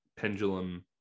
pendulum